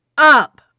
up